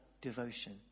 devotion